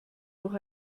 durch